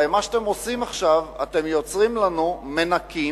הרי במה שאתם עושים עכשיו אתם מייצרים לנו מנקים,